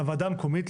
לוועדה המקומית,